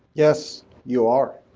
yes, you are.